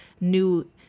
new